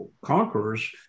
conquerors